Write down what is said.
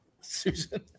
Susan